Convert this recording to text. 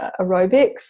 aerobics